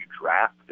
draft